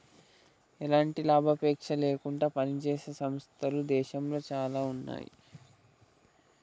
ఎలాంటి లాభాపేక్ష లేకుండా పనిజేసే సంస్థలు దేశంలో చానా ఉన్నాయి